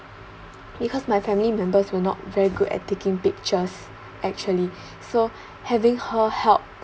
because my family members were not very good at taking pictures actually so having her help